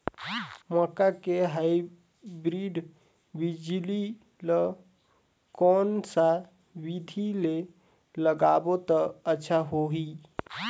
मक्का के हाईब्रिड बिजली ल कोन सा बिधी ले लगाबो त अच्छा होहि?